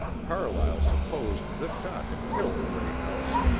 carlyle supposed this shot had killed greathouse,